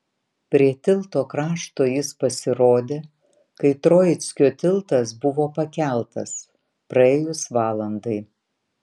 prie tilto krašto jis pasirodė kai troickio tiltas buvo pakeltas praėjus valandai